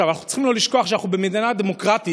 אנחנו צריכים לא לשכוח שאנחנו במדינה דמוקרטית,